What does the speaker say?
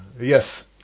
Yes